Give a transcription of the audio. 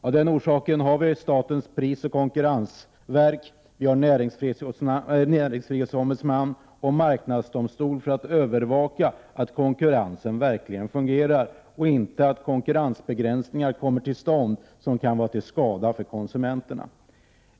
Av den orsaken har vi statens prisoch konkurrensverk, näringsfrihetsombudsman och marknadsdomstol för att övervaka att konkurrensen verkligen fungerar och att konkurrensbegränsning inte förekommer som kan vara till skada för konsumenterna.